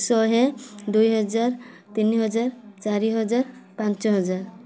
ଶହେ ଦୁଇ ହଜାର ତିନି ହଜାର ଚାରି ହଜାର ପାଞ୍ଚ ହଜାର